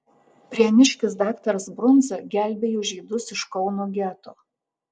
prieniškis daktaras brundza gelbėjo žydus iš kauno geto